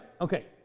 Okay